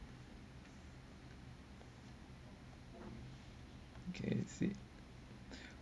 okay I see